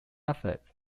athletes